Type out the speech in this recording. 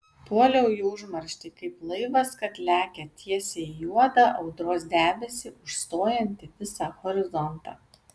puoliau į užmarštį kaip laivas kad lekia tiesiai į juodą audros debesį užstojantį visą horizontą